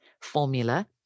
formula